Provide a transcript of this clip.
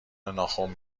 ناخن